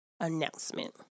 Announcement